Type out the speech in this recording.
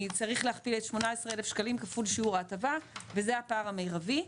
צריך להכפיל את ה-18,000 שקלים כפול שיעור ההטבה וזה הפער המירבי.